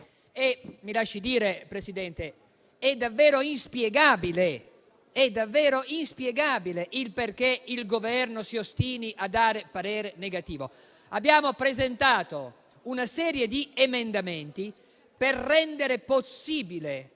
Mi lasci dire, signor Presidente, che è davvero inspiegabile il fatto che il Governo si ostini a dare parere negativo. Abbiamo presentato una serie di emendamenti per rendere possibile